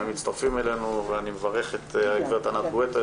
הם מצטרפים אלינו ואני מברך את גברת ענת גואטה,